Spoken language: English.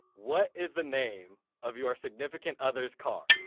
what is the name of your significant other's car?